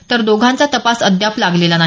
तर दोघांचा तपास अद्याप लागलेला नाही